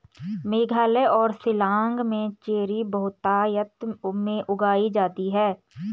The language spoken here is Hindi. मेघालय और शिलांग में चेरी बहुतायत में उगाई जाती है